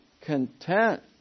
content